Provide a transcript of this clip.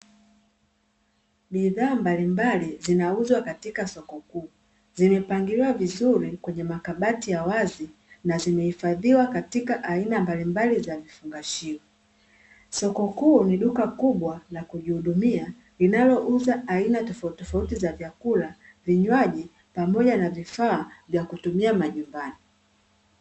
Bidhaa mbalimbali zinauzwa katika soko kuu, zimepangiliwa vizuri kwenye makabati ya wazi na zimehifadhiwa katika aina mbalimbali za vifungashio. Soko kuu ni duka kubwa la kujihudumiwa linalouza aina tofauti tofauti za vyakula, vinywaji pamoja na vifaa vya kutumia majumbani.